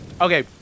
Okay